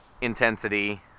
intensity